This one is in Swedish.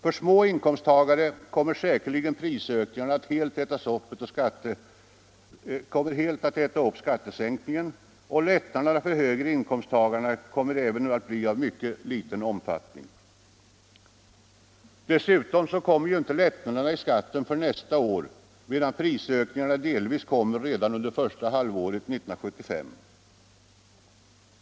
För småinkomsttagare kommer säkerligen prisökningarna att helt äta upp skattesänkningen, och lättnaderna för högre inkomsttagare kommer även att bli av mycket liten omfattning. Dessutom så kommer inte lättnaderna i skatten förrän nästa år medan prisökningarna delvis kommer redan under första halvåret 1975.